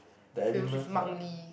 the elements ah